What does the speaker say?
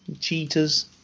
Cheaters